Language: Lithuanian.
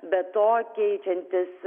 be to keičiantis